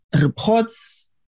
reports